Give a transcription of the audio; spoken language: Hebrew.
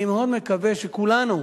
אני מאוד מקווה שכולנו,